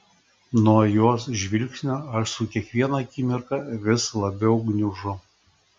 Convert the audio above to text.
nuo jos žvilgsnio aš su kiekviena akimirka vis labiau gniužau